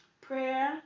Prayer